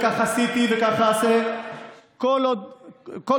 כך עשיתי וכך אעשה כל חיי,